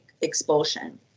expulsion